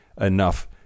enough